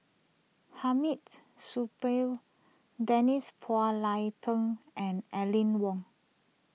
Hamid's Supaat Denise Phua Lay Peng and Aline Wong